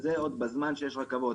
וזה עוד בזמן שכן יש רכבות.